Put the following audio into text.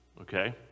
Okay